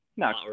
No